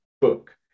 book